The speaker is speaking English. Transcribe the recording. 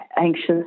anxious